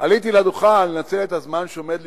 עליתי לדוכן כדי לנצל את הזמן שעומד לרשותי,